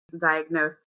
diagnose